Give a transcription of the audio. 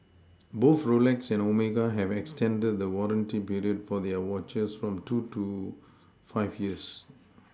both Rolex and Omega have extended the warranty period for their watches from two to five years